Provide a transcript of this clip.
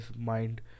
mind